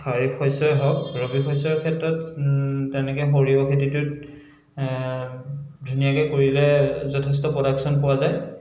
খাৰিফ শস্যই হওক ৰবি শস্যৰ ক্ষেত্ৰত তেনেকে সৰিয়হ খেতিটোত ধুনীয়াকে কৰিলে যথেষ্ট প্ৰডাকচন পোৱা যায়